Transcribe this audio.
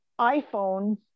iPhone